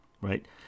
Right